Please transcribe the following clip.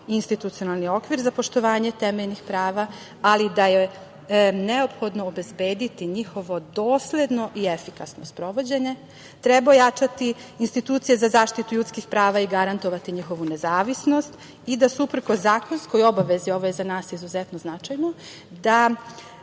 institucionalni okvir za poštovanje temeljnih prava, ali da je neophodno obezbediti njihovo dosledno i efikasno sprovođenje. Treba ojačati institucije za zaštitu ljudskih prava i garantovati njihovu nezavisnost i da se uprkos zakonskoj obavezi, ovo je za nas izuzetno značajno, da